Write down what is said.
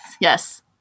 Yes